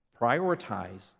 Prioritize